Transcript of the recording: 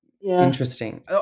interesting